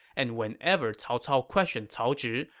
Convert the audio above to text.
and whenever cao cao questioned cao zhi,